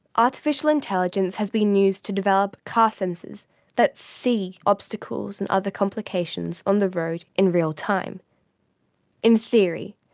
artificial intelligence has been used to develop car sensors that see obstacles and other complications on the road in real-time. in theory,